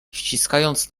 ściskając